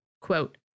quote